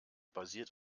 basiert